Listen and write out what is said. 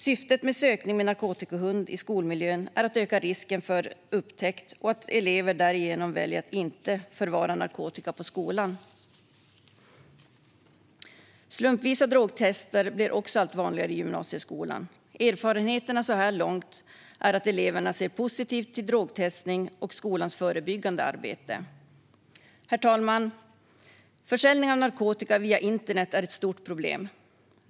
Syftet med sökning med narkotikahund i skolmiljön är att öka risken för upptäckt och att elever därigenom väljer att inte förvara narkotika på skolan. Slumpvisa drogtester blir också allt vanligare i gymnasieskolan. Erfarenheterna så här långt visar att eleverna ser positivt på drogtestning och på skolans förebyggande arbete. Herr talman! Försäljning av narkotika via internet är ett stort problem.